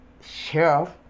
sheriff